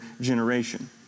generation